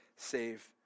save